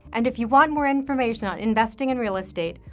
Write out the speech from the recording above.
and if you want more information on investing in real estate,